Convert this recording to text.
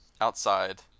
outside